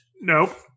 Nope